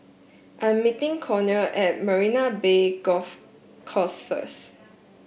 I'm meeting Connor at Marina Bay Golf Course first